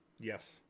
yes